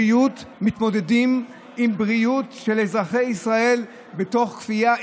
שמתמודדים עם בריאות של אזרחי ישראל מתוך כפייה,